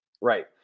Right